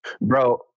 Bro